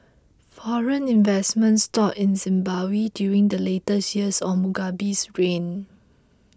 foreign investment stalled in Zimbabwe during the later years of Mugabe's reign